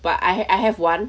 but I I have one